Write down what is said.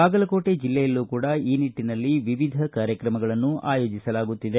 ಬಾಗಲಕೋಟೆ ಜಿಲ್ಲೆಯಲ್ಲೂ ಕೂಡಾ ಈ ನಿಟ್ಟಿನಲ್ಲಿ ವಿವಿಧ ಕಾರ್ಯಕ್ರಮಗಳನ್ನು ಆಯೋಜಿಸಲಾಗುತ್ತಿದೆ